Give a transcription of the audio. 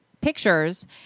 pictures